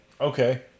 Okay